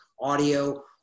audio